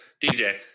DJ